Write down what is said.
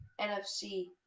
NFC